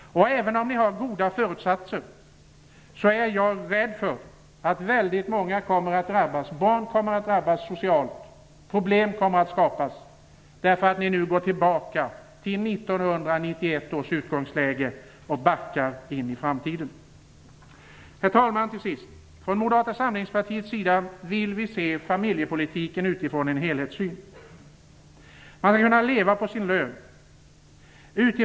Även om ni har goda föresatser är jag rädd för att väldigt många kommer att drabbas. Barn kommer att drabbas socialt, problem kommer att skapas, därför att ni nu går tillbaka till 1991 års utgångsläge och backar in i framtiden. Till sist, herr talman: Från Moderata samlingspartiets sida vill vi se familjepolitiken utifrån en helhetssyn. Man skall kunna leva på sin lön.